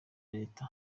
leta